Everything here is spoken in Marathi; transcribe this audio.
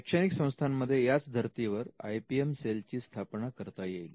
शैक्षणिक संस्थांमध्ये याच धर्तीवर आय पी एम सेलची ची स्थापना करता येईल